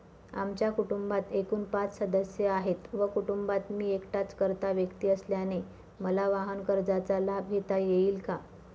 आमच्या कुटुंबात एकूण पाच सदस्य आहेत व कुटुंबात मी एकटाच कर्ता व्यक्ती असल्याने मला वाहनकर्जाचा लाभ घेता येईल का?